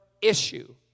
issue